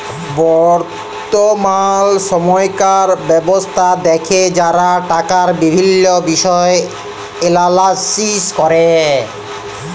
বর্তমাল সময়কার ব্যবস্থা দ্যাখে যারা টাকার বিভিল্ল্য বিষয় এলালাইজ ক্যরে